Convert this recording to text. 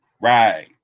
Right